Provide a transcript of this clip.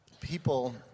people